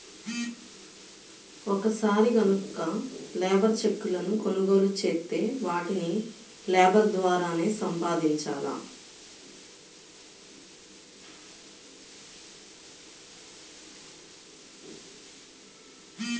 ఒక్కసారి గనక లేబర్ చెక్కులను కొనుగోలు చేత్తే వాటిని లేబర్ ద్వారానే సంపాదించాల